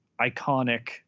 iconic